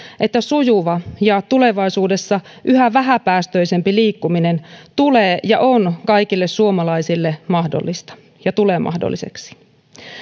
että sujuva ja tulevaisuudessa yhä vähäpäästöisempi liikkuminen on kaikille suomalaisille mahdollista ja tulee mahdolliseksi